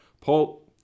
Paul